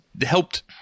helped